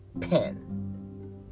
pen